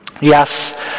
Yes